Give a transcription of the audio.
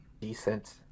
decent